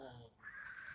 !wah!